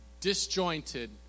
disjointed